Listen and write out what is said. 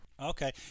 okay